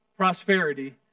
Prosperity